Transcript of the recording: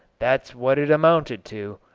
that's what it amounted to.